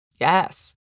Yes